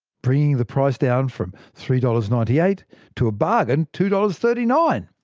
bringing the price down from three dollars. ninety eight to a bargain two dollars. thirty nine.